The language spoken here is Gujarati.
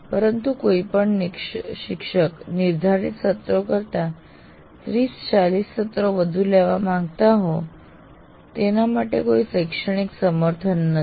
પરંતુ કોઈ પણ શિક્ષક નિર્ધારિત સત્રો કરતા 30 40 સત્રો વધુ લેવા માંગતા હોય તેના માટે કોઈ શૈક્ષણિક સમર્થન નથી